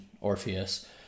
Orpheus